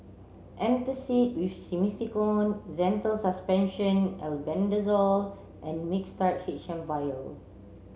antacid with Simethicone Zental Suspension Albendazole and Mixtard H M vial